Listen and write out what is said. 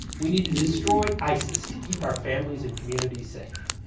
we need to destroy isis to keep our families and communities safe.